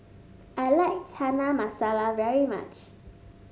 I like Chana Masala very much